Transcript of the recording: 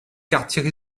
quartiers